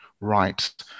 right